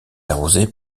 arrosée